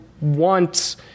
want